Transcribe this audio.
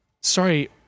Sorry